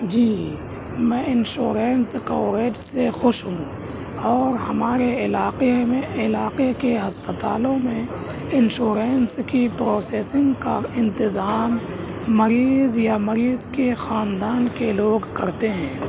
جی میں insurance coverage سے خوش ہوں اور ہمارے علاقے میں علاقے کے اسپتالوں میں انشورنس کی پروسیسنگ کا انتظام مریض یا مریض کے خاندان کے لوگ کرتے ہیں